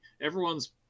Everyone's